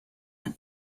and